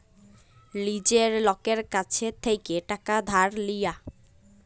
লীজের লকের কাছ থ্যাইকে টাকা ধার লিয়া